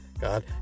God